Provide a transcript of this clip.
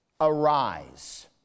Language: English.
arise